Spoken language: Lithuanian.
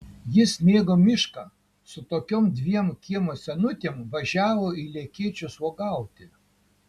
jis mėgo mišką su tokiom dviem kiemo senutėm važiavo į lekėčius uogauti